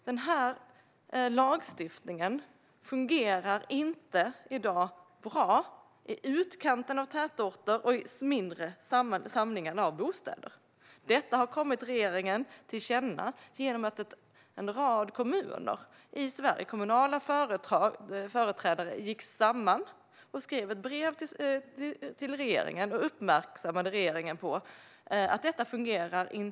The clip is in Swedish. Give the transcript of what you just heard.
Denna lagstiftning fungerar inte bra i utkanten av tätorter och i mindre samlingar av bostäder. Detta kom regeringen till känna genom att en rad kommunala företrädare i Sverige gick samman och skrev ett brev till regeringen som uppmärksammade regeringen på att detta inte fungerar bra.